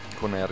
con